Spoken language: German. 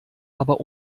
aber